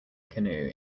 canoe